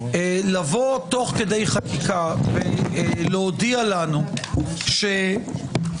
לבוא תוך כדי חקיקה ולהודיע לנו שאתם